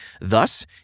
Thus